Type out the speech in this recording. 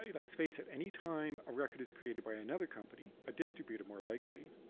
let's face it, anytime a record is created by another company, a distributor more likely,